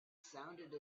sounded